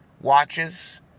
watches